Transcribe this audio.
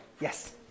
Yes